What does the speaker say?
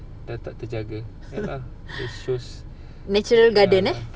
dah tak terjaga ya lah that shows